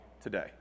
today